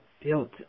built